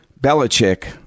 Belichick